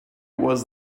was